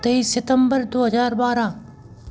तेईस सितम्बर दो हज़ार बारह